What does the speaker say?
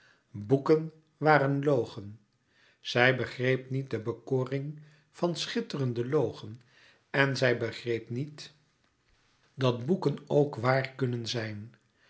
boeken waren logen zij begreep niet de bekoring van schitterende logen en zij begreep niet dat boeken ook wàar kunnen zijn